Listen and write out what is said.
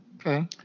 Okay